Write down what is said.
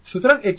সুতরাং এটি T2